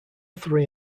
three